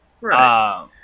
right